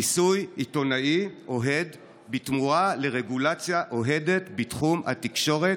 כיסוי עיתונאי אוהד בתמורה לרגולציה אוהדת בתחום התקשורת.